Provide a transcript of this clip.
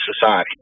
society